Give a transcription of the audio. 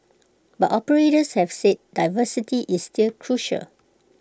but operators have said diversity is still crucial